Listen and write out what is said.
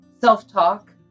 self-talk